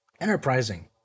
enterprising